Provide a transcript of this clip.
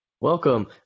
Welcome